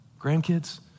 grandkids